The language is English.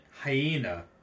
hyena